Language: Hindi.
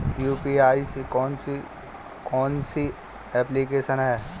यू.पी.आई की कौन कौन सी एप्लिकेशन हैं?